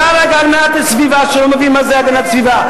שר להגנת הסביבה שלא מבין מה זה הגנת הסביבה.